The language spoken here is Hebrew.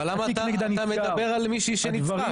אבל למה אתה מדבר על מישהי שניצחה,